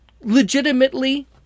legitimately